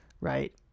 right